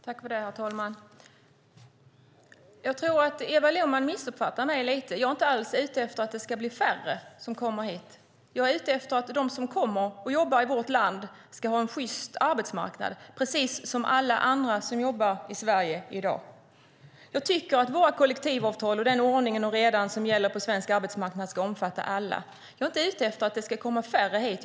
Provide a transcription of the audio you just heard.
Herr talman! Jag tror att Eva Lohman missuppfattade mig. Jag är inte alls ute efter att det ska bli färre som kommer hit. Jag är ute efter att de som kommer och jobbar i vårt land ska ha en sjyst arbetsmarknad precis som alla andra som jobbar i Sverige i dag. Jag tycker att våra kollektivavtal och den ordning och reda som gäller på svensk arbetsmarknad ska omfatta alla. Jag är inte ute efter att det ska komma färre hit.